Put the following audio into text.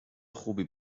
خوبی